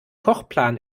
kochplan